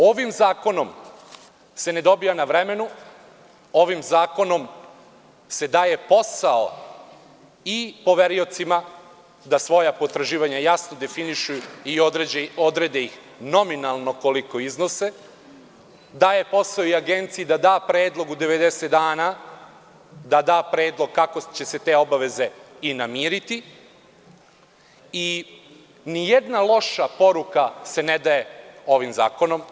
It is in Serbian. Ovim zakonom se ne dobija na vremenu, ovim zakonom se daje posao i poveriocima da svoja potraživanja jasno definišu i odrede ih nominalno koliko iznose, daje posao i Agenciji da da predlog u 90 dana, da da predlog kako će se te obaveze namiriti i ni jedna loša poruka se ne daje ovim zakonom.